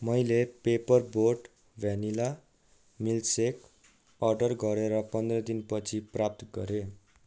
मैले Paper Boat vanilla milkshake order गरेर पन्ध्र दिनपछि प्राप्त गरेँ